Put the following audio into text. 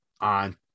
on